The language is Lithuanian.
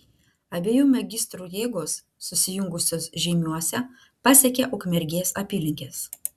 abiejų magistrų jėgos susijungusios žeimiuose pasiekė ukmergės apylinkes